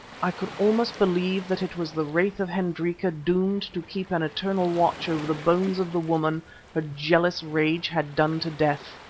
i could almost believe that it was the wraith of hendrika doomed to keep an eternal watch over the bones of the woman her jealous rage had done to death.